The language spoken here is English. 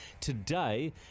Today